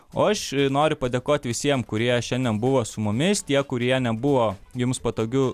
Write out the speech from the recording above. o aš noriu padėkoti visiems kurie šiandien buvo su mumis tie kurie nebuvo jums patogiu